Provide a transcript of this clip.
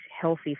healthy